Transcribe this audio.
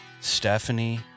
Stephanie